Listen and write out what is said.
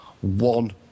one